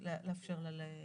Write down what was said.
ולאפשר לה להציג.